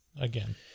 Again